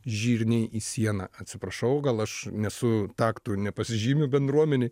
žyrniai į sieną atsiprašau gal aš nes su taktu nepasižymiu bendruomenėj